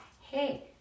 Hey